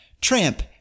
Tramp